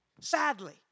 sadly